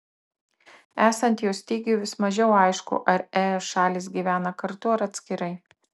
esant jo stygiui vis mažiau aišku ar es šalys gyvena kartu ar atskirai